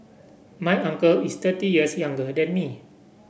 my uncle is thirty years younger than me